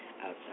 outside